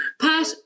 Pat